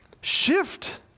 shift